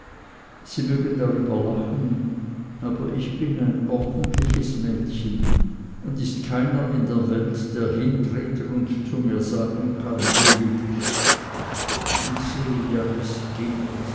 sie mögen darüber lachen aber ich bin ein ordentliches mädchen und ist keiner in der welt der hintreten und zu mir sagen kann du lügst ich sehe ja wie's geht